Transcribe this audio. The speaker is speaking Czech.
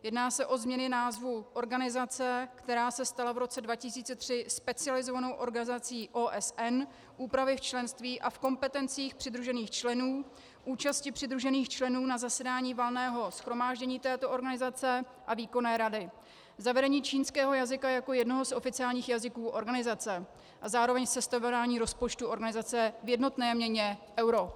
Jedná se o změny názvu organizace, která se stala v roce 2003 specializovanou organizací OSN, úpravy v členství a v kompetencích přidružených členů, účasti přidružených členů na zasedání Valného shromáždění této organizace a Výkonné rady, zavedení čínského jazyka jako jednoho z oficiálních jazyků organizace a zároveň sestavování rozpočtu organizace v jednotné měně euro.